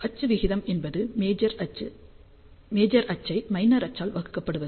அச்சு விகிதம் என்பது மேஜர் அச்சு ஐ மைனர் அச்சால் வகுக்கப்படுவது